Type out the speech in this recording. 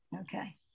okay